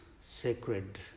sacred